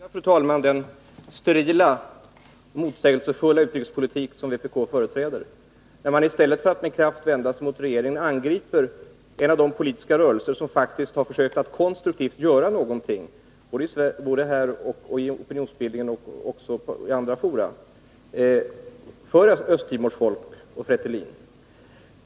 Jag beklagar, fru talman, den sterila och motsägelsefulla utrikespolitik som vänsterpartiet kommunisterna företräder när man i stället för att med kraft vända sig mot regeringen angriper en av de politiska rörelser som faktiskt har försökt att göra någonting konstruktivt i opinionsbildningen, både här och i andra fora, för Östra Timor och Fretilin.